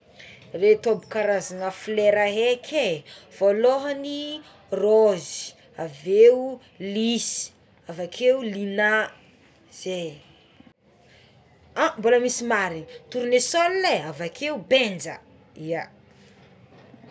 Ireto aby karazana flera eky é voalohany raozy, aveo lisy, avakeo lilà zay a mbola misy marigny tornesola avakeo benja ia.